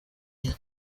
iye